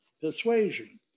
persuasion